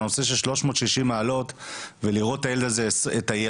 הנושא של 360 מעלות ולראות את הילדים